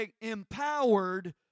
empowered